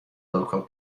local